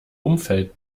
umfeld